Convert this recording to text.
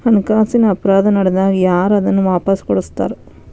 ಹಣಕಾಸಿನ್ ಅಪರಾಧಾ ನಡ್ದಾಗ ಯಾರ್ ಅದನ್ನ ವಾಪಸ್ ಕೊಡಸ್ತಾರ?